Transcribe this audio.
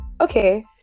Okay